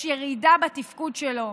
יש ירידה בתפקוד שלו,